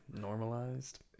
Normalized